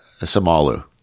samalu